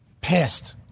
pissed